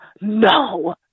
no